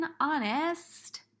honest